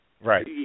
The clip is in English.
Right